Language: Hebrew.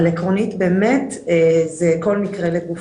אבל עקרונית באמת זה כל מקרה לגופו.